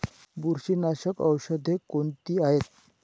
बुरशीनाशक औषधे कोणती आहेत?